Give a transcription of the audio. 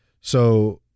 So-